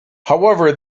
however